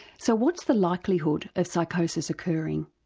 so what's the likelihood of psychosis occurring?